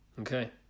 Okay